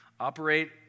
Operate